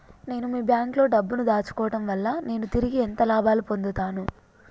నేను మీ బ్యాంకులో డబ్బు ను దాచుకోవటం వల్ల నేను తిరిగి ఎంత లాభాలు పొందుతాను?